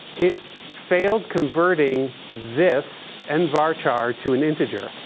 it failed converting this nvarchar to an integer,